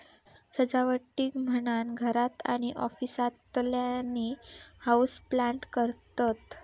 सजावटीक म्हणान घरात आणि ऑफिसातल्यानी हाऊसप्लांट करतत